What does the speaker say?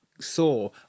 saw